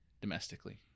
domestically